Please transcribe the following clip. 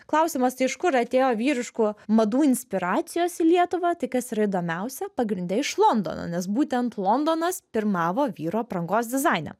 klausimas tai iš kur atėjo vyriškų madų inspiracijos į lietuvą tai kas yra įdomiausia pagrinde iš londono nes būtent londonas pirmavo vyrų aprangos dizaine